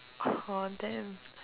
!aww! damn